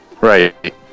right